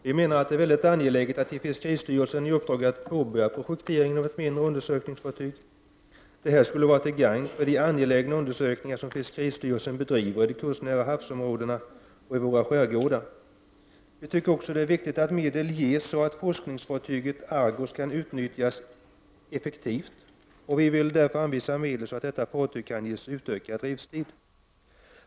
Vi menar att det är mycket angeläget att man ger fiskeristyrelsen i uppdrag att påbörja projekteringen av ett mindre undersökningsfartyg. Detta skulle vara till gagn för de angelägna undersökningar som fiskeristyrelsen bedriver i de kustnära havsområdena och i våra skärgårdar. Vi menar vidare att det är viktigt att medel ges så att forskningsfartyget Argus kan utnyttjas effektivt, och vi vill därför anvisa medel så att detta fartyg kan ges utökad driftstid.